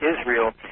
Israel